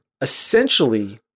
essentially